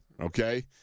Okay